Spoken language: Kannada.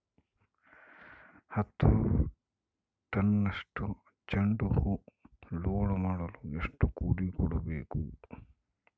ಹತ್ತು ಟನ್ನಷ್ಟು ಚೆಂಡುಹೂ ಲೋಡ್ ಮಾಡಲು ಎಷ್ಟು ಕೂಲಿ ಕೊಡಬೇಕು?